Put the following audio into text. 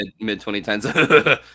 mid-2010s